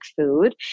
food